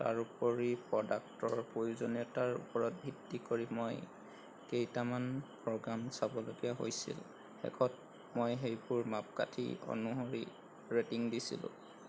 তাৰোপৰি প্ৰডাক্টৰ প্ৰয়োজনীয়তাৰ ওপৰত ভিত্তি কৰি মই কেইটামান প্ৰগ্ৰাম চাবলগীয়া হৈছিল শেষত মই সেইবোৰ মাপকাঠী অনুসৰি ৰেটিং দিছিলোঁ